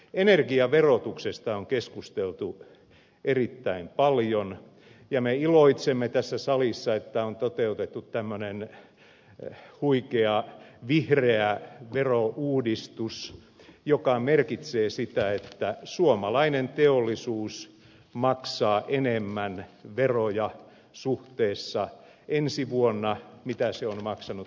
energiaverotuksesta on keskusteltu erittäin paljon ja me iloitsemme tässä salissa että on toteutettu tämmöinen huikea vihreä verouudistus joka merkitsee sitä että suomalainen teollisuus maksaa enemmän veroja suhteessa ensi vuonna mitä se on maksanut tänä vuonna